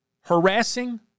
harassing